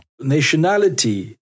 Nationality